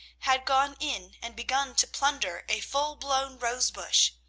had gone in and begun to plunder a full-blown rose bush,